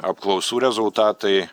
apklausų rezultatai